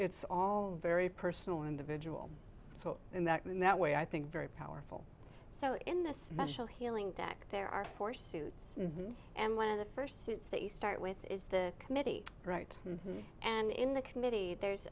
it's all very personal individual so in that in that way i think very powerful so in the special healing deck there are four suits and one of the first suits that you start with is the committee right and in the committee there's